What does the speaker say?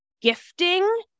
gifting